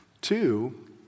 Two